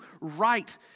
right